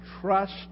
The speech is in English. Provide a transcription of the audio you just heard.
trust